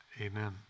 amen